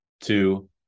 two